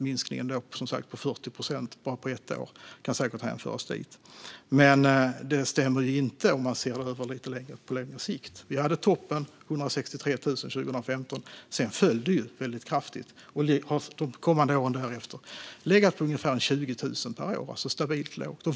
Minskningen om 40 procent på bara ett år kan säkert hänföras dit. Men det stämmer ju inte om man tittar på det på lite längre sikt: Vi hade toppen, 163 000, år 2015, och sedan föll siffran väldigt kraftigt. Åren därefter har antalet asylsökande legat på ungefär 20 000 per år. Det är alltså stabilt lågt.